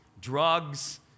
drugs